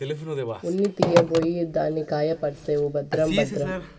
ఉన్ని తీయబోయి దాన్ని గాయపర్సేవు భద్రం భద్రం